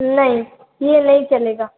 नहीं ये नहीं चलेगा